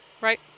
right